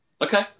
Okay